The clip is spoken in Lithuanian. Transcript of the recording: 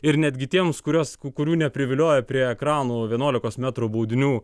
ir netgi tiems kuriuos kurių neprivilioja prie ekranų vienuolikos metrų baudinių